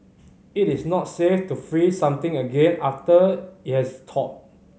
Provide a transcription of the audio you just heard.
it is not safe to freeze something again after it has thawed